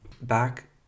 Back